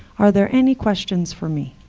are there any questions for me?